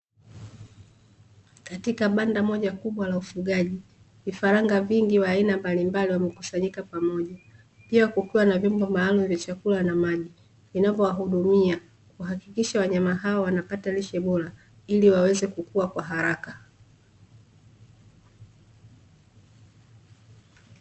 Katika banda moja kubwa la ufugaji, vifaranga vingi wa aina mbalimbali wamekusanyika pamoja, pia kukiwa na vyombo maalumu vya chakula na maji, vinavyowahudumia kuhakikisha wanyama hawa wanapata lishe bora, ili waweze kukua kwa haraka.